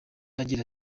agira